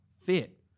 fit